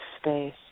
space